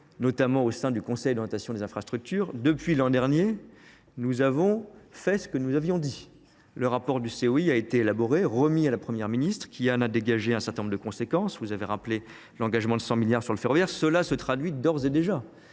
notamment au sein du Conseil d’orientation des infrastructures : depuis l’an dernier, nous avons fait ce que nous avions dit. Le rapport du COI a été élaboré et remis à la Première ministre, qui en a tiré un certain nombre de conséquences. L’engagement de 100 milliards d’euros sur le ferroviaire a été rappelé. Il a déjà